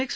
x